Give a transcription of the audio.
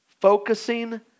focusing